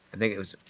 i think it was.